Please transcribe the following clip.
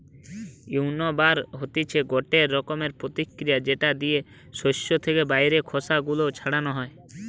উইন্নবার হতিছে গটে রকমের প্রতিক্রিয়া যেটা দিয়ে শস্য থেকে বাইরের খোসা গুলো ছাড়ানো হয়